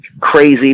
crazy